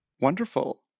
Wonderful